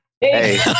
Hey